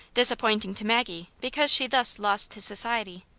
disappointing to maggie because she thus lost his society.